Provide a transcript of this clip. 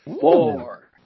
Four